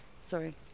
sorry